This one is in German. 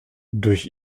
durch